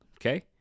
Okay